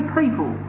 people